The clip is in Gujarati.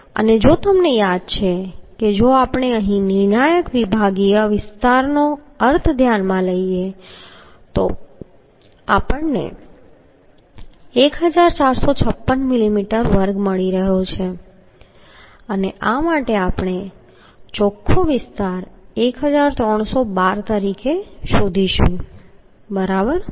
અને જો તમને યાદ છે કે જો આપણે અહીં નિર્ણાયક વિભાગીય વિસ્તારનો અર્થ ધ્યાનમાં લઈએ તો આપણને 1456 મિલીમીટર વર્ગ મળી રહ્યો છે અને આ માટે આપણે ચોખ્ખો વિસ્તાર 1312 તરીકે શોધીશું બરાબર